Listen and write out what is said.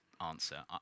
answer